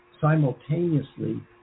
simultaneously